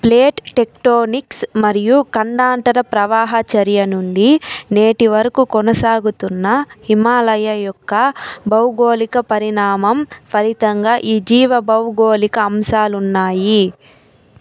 plate tectonics మరియు ఖండాంతర ప్రవాహ చర్య నుండి నేటి వరకు కొనసాగుతున్న హిమాలయ యొక్క భౌగోళిక పరిణామం ఫలితంగా ఈ జీవ భౌగోళిక అంశాలున్నాయి